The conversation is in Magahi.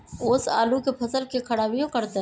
ओस आलू के फसल के खराबियों करतै?